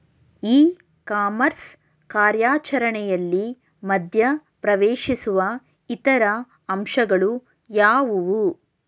E commerce ಕಾರ್ಯಾಚರಣೆಯಲ್ಲಿ ಮಧ್ಯ ಪ್ರವೇಶಿಸುವ ಇತರ ಅಂಶಗಳು ಯಾವುವು?